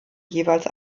jeweils